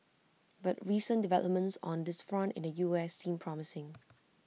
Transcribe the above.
but recent developments on this front in the U S seem promising